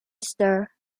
stir